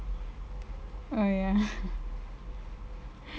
oh ya